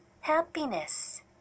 happiness